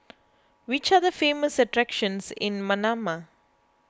which are the famous attractions in Manama